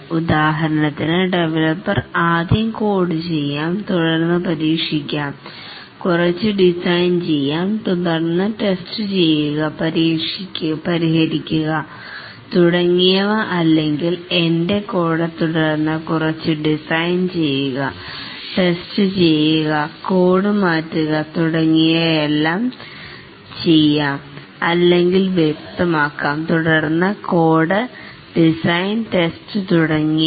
ഉദാഹരണത്തിന് ഡെവലപ്പർ ആദ്യം കോഡ് ചെയ്യാം തുടർന്ന് പരീക്ഷിക്കാം കുറച്ച് ഡിസൈൻ ചെയ്യാം തുടർന്ന് ടെസ്റ്റ് ചെയ്യുക പരിഹരിക്കുക തുടങ്ങിയവ അല്ലെങ്കിൽ എൻറെ കോഡ് തുടർന്ന് കുറച്ച് ഡിസൈൻ ചെയ്യുക ടെസ്റ്റ് ചെയ്യുക കോഡ് മാറ്റുക തുടങ്ങിയവ ചെയ്യാം തുടർന്ന് കോഡ് ഡിസൈൻ ടെസ്റ്റ് തുടങ്ങിയവ